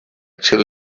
chill